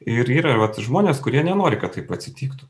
ir yra vat žmonės kurie nenori kad taip atsitiktų